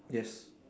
yes